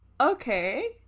Okay